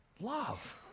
Love